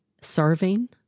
serving